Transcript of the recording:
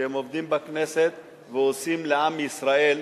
שעובדים בכנסת ועושים לעם ישראל,